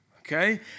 okay